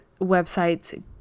websites